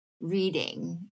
reading